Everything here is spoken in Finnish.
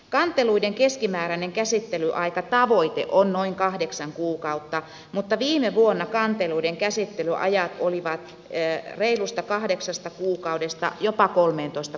kanteluiden keskimääräinen käsittelyaikatavoite on noin kahdeksan kuukautta mutta viime vuonna kanteluiden käsittelyajat olivat reilusta kahdeksasta kuukaudesta jopa kolmeentoista kuukauteen